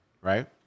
right